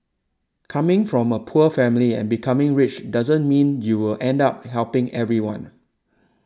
coming from a poor family and becoming rich doesn't mean you will end up helping everyone